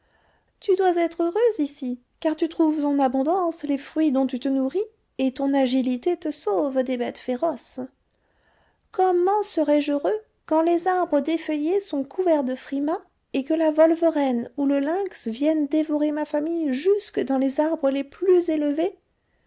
tu dois être heureux ici car tu trouves en abondance les fruits dont tu te nourris et ton agilité te sauve des bêtes féroces comment serais-je heureux quand les arbres défeuillés sont couverts de frimas et que la volverenne ou le lynx viennent dévorer ma famille jusque dans les arbres les plus élevés